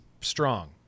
strong